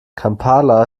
kampala